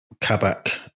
Kabak